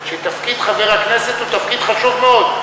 שתפקיד חבר הכנסת הוא תפקיד חשוב מאוד.